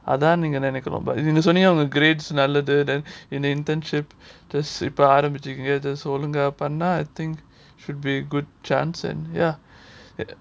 அதான் நீங்க எனக்கு ரொம்ப இப்போ சொன்னீங்கள:athaan neenga enakku romba ippo sonningala grades நல்லது:nallathu and the internship இப்போ ஆரம்பிச்சிருக்குது ஒழுங்கா பண்ணா:ippo aarambichirukku olunga pannaa I think should be good chance and ya